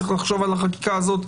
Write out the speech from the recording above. צריך לחשוב על החקיקה הזאת.